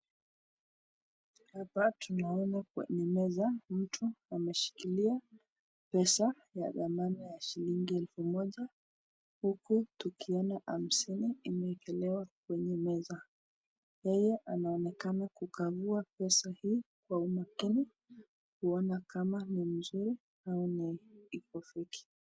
Hapa tunaona kuwa ni meza, mtu ameshikilia pesa ya dhamani ya shilingi elfu moja, huku tukiona hamsini ikiwekelewa kwenye meza. Kwa hiyo anaonekana kukagua pesa hii kwa umakini, waona kama ni mzuri au iko feki .